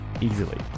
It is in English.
easily